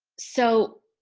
so,